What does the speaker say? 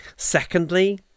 Secondly